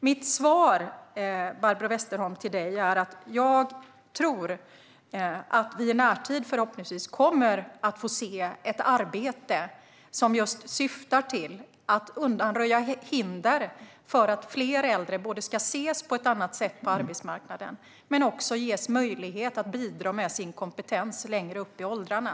Mitt svar, Barbro Westerholm, är att jag tror att vi, förhoppningsvis i närtid, kommer att få se ett arbete som syftar till att undanröja hinder för att fler äldre både ska ses på ett annat sätt på arbetsmarknaden och ges möjlighet att bidra med sin kompetens längre upp i åldrarna.